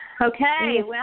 Okay